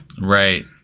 Right